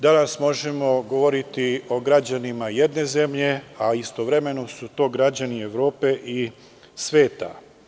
Danas možemo govoriti o građanima jedne zemlje, a istovremeno su to građani Evrope i sveta.